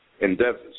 endeavors